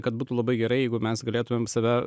kad būtų labai gerai jeigu mes galėtumėm save